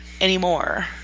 anymore